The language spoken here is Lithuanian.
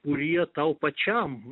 kurie tau pačiam